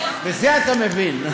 בזה אתה מבין.